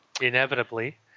Inevitably